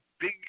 big